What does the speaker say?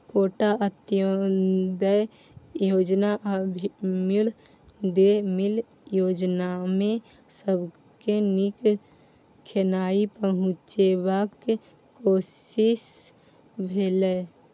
quota, Antyodaya योजना आ mid day meal योजनामे सबके नीक खेनाइ पहुँचेबाक कोशिश भेलै